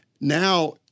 Now